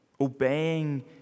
obeying